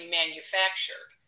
manufactured